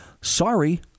sorry